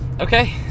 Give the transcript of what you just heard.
okay